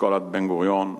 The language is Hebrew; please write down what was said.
אסכולת בן-גוריון,